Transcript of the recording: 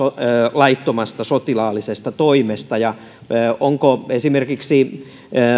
laittomasta sotilaallisesta toimesta onko esimerkiksi